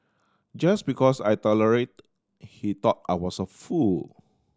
just because I tolerated he thought I was a fool